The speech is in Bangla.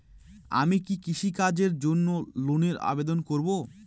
আমি কি কৃষিকাজের জন্য লোনের আবেদন করব?